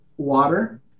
Water